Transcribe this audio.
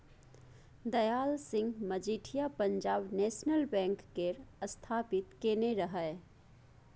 Dayal Singh Majithia Punjab national bank केर स्थापित केने रहय